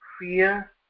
fear